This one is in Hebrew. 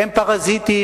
הם פרזיטים,